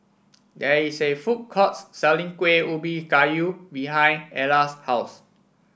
there is a food courts selling Kueh Ubi Kayu behind Ella's house